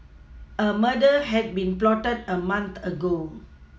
a murder had been plotted a month ago